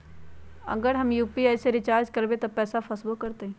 अगर हम यू.पी.आई से रिचार्ज करबै त पैसा फसबो करतई?